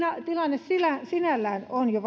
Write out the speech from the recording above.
tilanne sinällään on jo